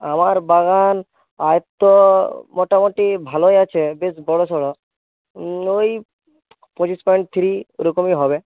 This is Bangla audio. আমার বাগান আর তো মোটামুটি ভালো আছে বেশ বড়ো সড়ো ওই পঁচিশ পয়েন্ট থ্রি ওরকমই হবে